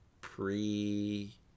pre